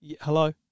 Hello